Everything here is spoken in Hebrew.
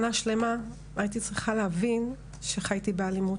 שנה שלמה הייתי צריכה להבין שחייתי באלימות,